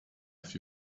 have